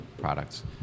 products